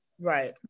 right